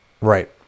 Right